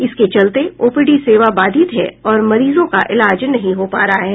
इसके चलते ओपीडी सेवा बाधित है और मरीजों का इलाज नहीं हो पा रहा है